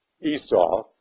Esau